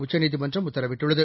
உச்சநீதிமன்றம் உத்தரவிட்டுள்ளது